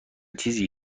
چیزیه